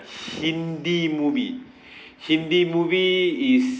hindi movie hindi movie is